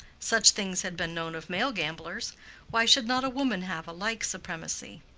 such things had been known of male gamblers why should not a woman have a like supremacy?